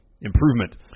improvement